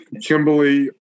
Kimberly